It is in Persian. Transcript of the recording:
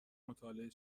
مطالعه